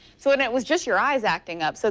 so when it was just your eyes acting up, so